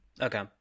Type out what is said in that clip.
Okay